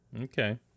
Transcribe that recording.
Okay